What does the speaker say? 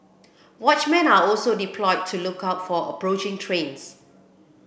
watchmen are also deployed to look out for approaching trains